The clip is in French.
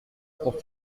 pour